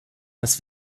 dass